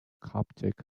coptic